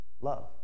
love